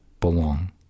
belong